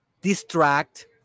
distract